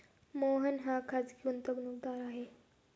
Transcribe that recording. मोहन हा खाजगी गुंतवणूकदार आहे